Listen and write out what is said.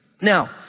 Now